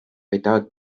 without